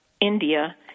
India